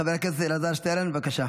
חבר הכנסת אלעזר שטרן, בבקשה.